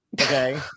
okay